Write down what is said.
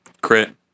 Crit